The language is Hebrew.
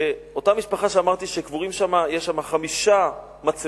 אותה משפחה שאמרתי שיש לה שם חמש מצבות,